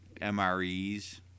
MREs